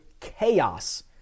chaos